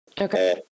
Okay